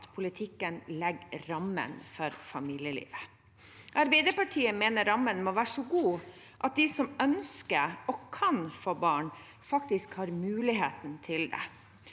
at politikken legger rammene for familielivet. Arbeiderpartiet mener at rammene må være så gode at de som ønsker seg – og kan få – barn, faktisk har muligheten til det.